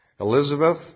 Elizabeth